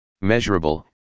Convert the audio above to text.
Measurable